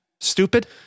stupid